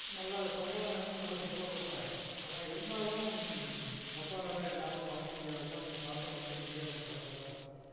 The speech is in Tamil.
நல்ல சம்பளம் எனக்கு நல்ல சம்பளம் கொடுத்தாங்க ஆனால் இருந்தாலும் எங்கப்பானால என்னால் பாஏக்க முடியாதப்பா நீ காட்ட வந்து நீயே வந்து பார்த்துக்க